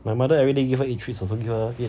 my mother everyday give her eat treats also give her